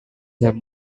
have